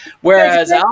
Whereas